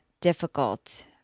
difficult